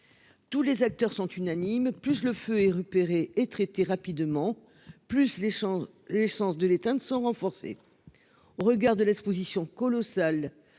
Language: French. Tous les acteurs sont unanimes, plus le feu et repérer et traiter rapidement, plus les chances l'essence de l'éteindre sont renforcés. On de l'Exposition colossal